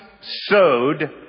sowed